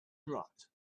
rot